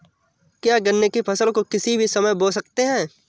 क्या गन्ने की फसल को किसी भी समय बो सकते हैं?